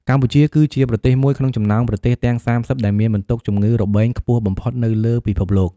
កម្ពុជា គឺជាប្រទេសមួយក្នុងចំណោមប្រទេសទាំង ៣០ ដែលមានបន្ទុកជំងឺរបេងខ្ពស់បំផុតនៅលើពិភពលោក។